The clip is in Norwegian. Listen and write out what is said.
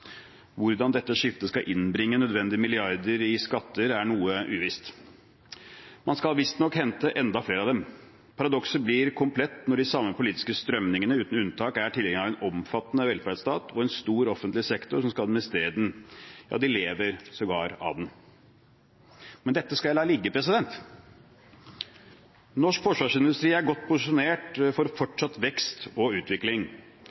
Hvordan dette skiftet skal innbringe nødvendige milliarder i skatter, er noe uvisst. Man skal visstnok hente enda flere av dem. Paradokset blir komplett når de samme politiske strømningene uten unntak er tilhengere av en omfattende velferdsstat og en stor offentlig sektor som skal administrere den – ja, de lever sågar av den. Men dette skal jeg la ligge. Norsk forsvarsindustri er godt posisjonert for fortsatt vekst og utvikling.